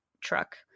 truck